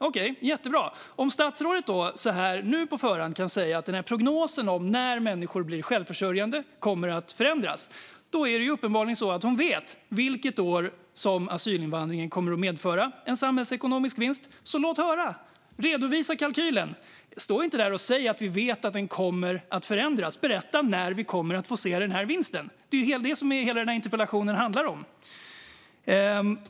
Okej - jättebra! Om statsrådet nu på förhand kan säga att prognosen för när människor blir självförsörjande kommer att förändras är det ju uppenbarligen så att hon vet vilket år asylinvandringen kommer att medföra en samhällsekonomisk vinst, så låt höra! Redovisa kalkylen! Stå inte där och säg att vi vet att den kommer att förändras, utan berätta när vi kommer att få se den här vinsten! Det är ju det som hela denna interpellation handlar om.